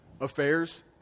affairs